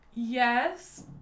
Yes